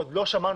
עוד לא שמענו.